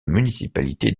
municipalité